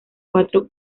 cuatro